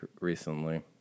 recently